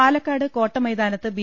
പാലക്കാട് കോട്ട മൈതാനത്ത് ബി